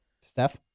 Steph